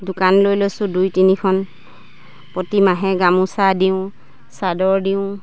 দোকান লৈ লৈছোঁ দুই তিনিখন প্ৰতি মাহে গামোচা দিওঁ চাদৰ দিওঁ